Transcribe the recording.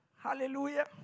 Hallelujah